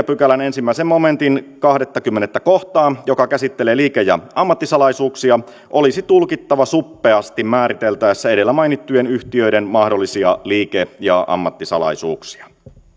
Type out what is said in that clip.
pykälän ensimmäisen momentin kahdeskymmenes kohtaa joka käsittelee liike ja ammattisalaisuuksia olisi tulkittava suppeasti määriteltäessä edellä mainittujen yhtiöiden mahdollisia liike ja ammattisalaisuuksia